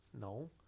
no